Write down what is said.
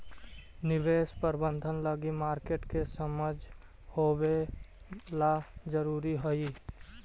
निवेश प्रबंधन लगी मार्केट के समझ होवेला जरूरी हइ